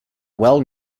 well